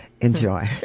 Enjoy